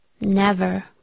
Never